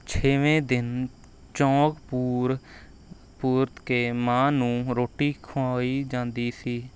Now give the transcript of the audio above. ਛੇਵੇਂ ਦਿਨ ਚੌਂਕ ਪੂਰ ਪੂਰ ਕੇ ਮਾਂ ਨੂੰ ਰੋਟੀ ਖਵਾਈ ਜਾਂਦੀ ਸੀ